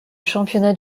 championnat